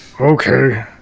Okay